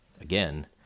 again